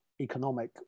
economic